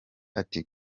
ati